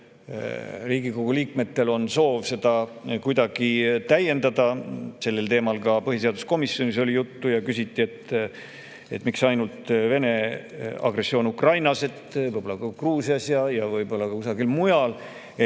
Riigikogu liikmetel on soov seda kuidagi täiendada. Sellel teemal oli ka põhiseaduskomisjonis juttu ja küsiti, et miks ainult Vene agressioon Ukrainas, võib-olla ka Gruusias ja võib-olla ka kusagil mujal.